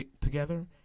together